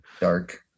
dark